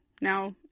Now